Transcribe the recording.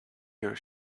your